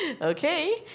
Okay